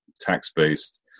tax-based